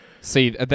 See